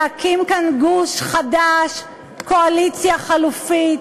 להקים כאן גוש חדש, קואליציה חלופית,